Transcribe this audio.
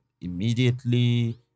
immediately